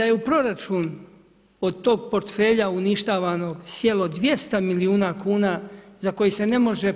I da je u proračun od tog portfelja uništavanog sjelo 200 milijuna kuna za koji se ne može